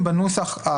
בנוסח,